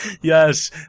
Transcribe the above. Yes